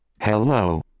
Hello